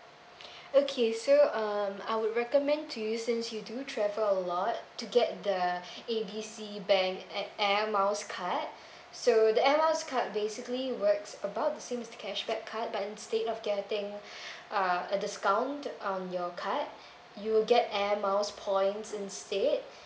okay so uh I would recommend to you since you do travel a lot to get the A B C bank a~ air miles card so the air miles card basically works about the same as the cashback card but instead of getting uh a discount on your card you will get air miles points instead